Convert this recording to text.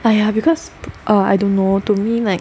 !aiya! because err I don't know to me like